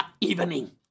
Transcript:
evening